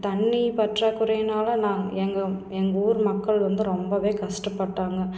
தண்ணி பற்றாக்குறையினால் நாங்க எங்கள் எங்கள் ஊர் மக்கள் வந்து ரொம்பவே கஷ்டப்பட்டாங்க